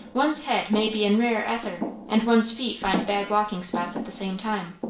one's head may be in rare ether, and one's feet find bad walking spots at the same time.